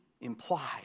implied